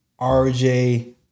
RJ